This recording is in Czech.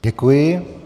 Děkuji.